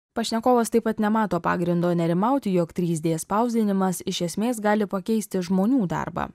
pašnekovas taip pat nemato pagrindo nerimauti jog trys d spausdinimas iš esmės gali pakeisti žmonių darbą